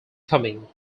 coming